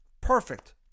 Perfect